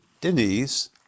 Denise